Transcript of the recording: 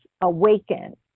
awaken